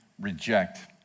reject